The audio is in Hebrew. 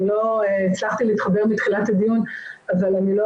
לא הצלחתי להתחבר מתחילת הדיון אבל אני לא